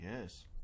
yes